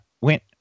went